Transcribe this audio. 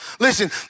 Listen